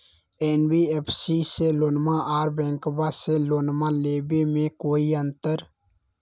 NBFC से लोनमा आर बैंकबा से लोनमा ले बे में कोइ अंतर?